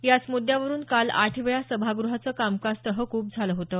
याच मुद्द्यावरुन काल आठ वेळा सभागृहाचं कामकाज तहकूब झालं होतं